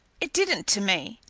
it didn't to me.